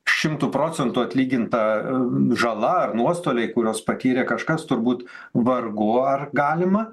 šimtu procentų atlyginta žala ar nuostoliai kuriuos patyrė kažkas turbūt vargu ar galima